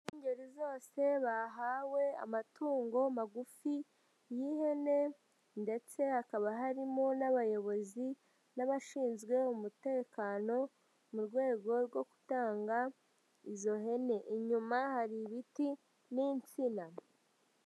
Ingeri zose bahawe amatungo magufi y'ihene ndetse hakaba harimo n'abayobozi n'abashinzwe umutekano mu rwego rwo gutanga izo hene. Inyuma hari ibiti n'insina.